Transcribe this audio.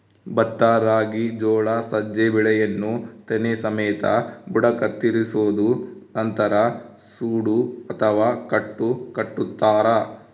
ಭತ್ತ ರಾಗಿ ಜೋಳ ಸಜ್ಜೆ ಬೆಳೆಯನ್ನು ತೆನೆ ಸಮೇತ ಬುಡ ಕತ್ತರಿಸೋದು ನಂತರ ಸೂಡು ಅಥವಾ ಕಟ್ಟು ಕಟ್ಟುತಾರ